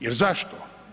Jer zašto?